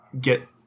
get